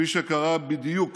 בדיוק